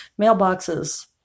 mailboxes